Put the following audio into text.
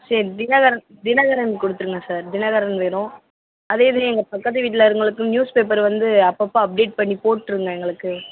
சரி தினகரன் தினகரன் கொடுத்துருங்க சார் தினகரன் வேணும் அதே இது எங்கள் பக்கத்து வீட்டில இருக்கிறவங்களுக்கு நியூஸ் பேப்பர் வந்து அப்பப்போ அப்டேட் பண்ணி போட்டிருங்க எங்களுக்கு